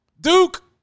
Duke